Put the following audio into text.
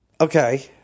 Okay